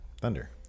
Thunder